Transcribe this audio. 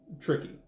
tricky